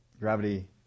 Gravity